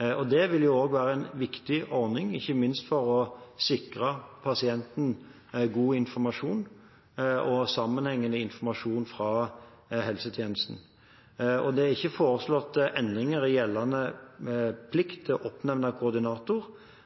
Dette vil jo også være en viktig ordning, ikke minst for å sikre pasienten god og sammenhengende informasjon fra helsetjenesten. Det er ikke foreslått endringer i gjeldende plikt til å oppnevne koordinator,